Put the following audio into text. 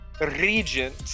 regent